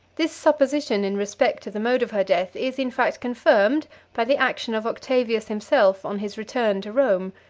this supposition in respect to the mode of her death is, in fact, confirmed by the action of octavius himself on his return to rome,